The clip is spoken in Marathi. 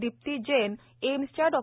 दिप्ती जैन एम्सच्या डॉ